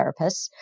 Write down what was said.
therapists